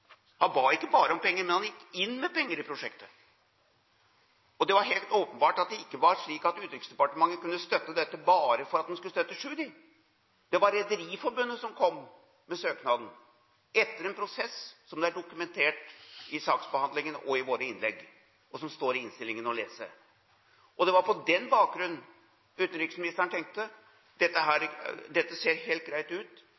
Han ba ikke bare om penger, men han gikk inn med penger i prosjektet. Det var helt åpenbart at det ikke var slik at Utenriksdepartementet kunne støtte dette bare fordi en skulle støtte Tschudi. Det var Rederiforbundet som, etter en prosess, kom med søknaden, som er dokumentert i saksbehandlingen, i våre innlegg og som det står å lese i innstillingen. Det var på den bakgrunn utenriksministeren tenkte: Dette ser helt greit ut,